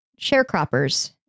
sharecroppers